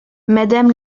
madame